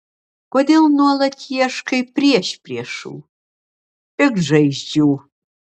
kodėl nuolat ieškai priešpriešų piktžaizdžių